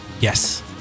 Yes